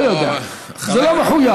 זה לא מחויב.